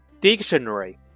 dictionary